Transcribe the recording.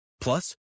Plus